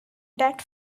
that